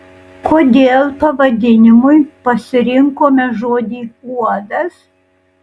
kodėl pavadinimui pasirinkome žodį uodas